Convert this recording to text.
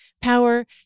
power